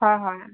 হয় হয়